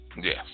Yes